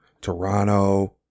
Toronto